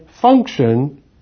function